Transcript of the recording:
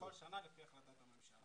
בכל שנה לפי החלטת הממשלה.